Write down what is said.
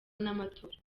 n’amatora